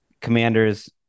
Commanders